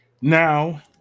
Now